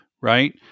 Right